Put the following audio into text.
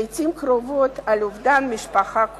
לעתים קרובות על אובדן המשפחה כולה.